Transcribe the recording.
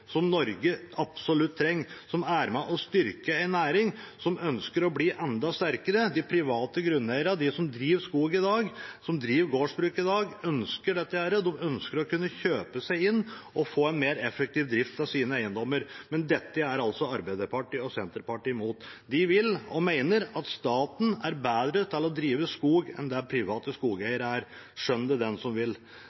som Norge absolutt trenger, og det er med på å styrke en næring som ønsker å bli enda sterkere. De private grunneierne, de som driver skog, og de som driver gårdsbruk i dag, ønsker dette. De ønsker å kunne kjøpe seg inn og få en mer effektiv drift av sine eiendommer. Men dette er altså Arbeiderpartiet og Senterpartiet imot. De mener at staten er bedre til å drive skog enn private skogeiere – skjønn det